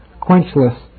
quenchless